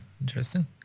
Interesting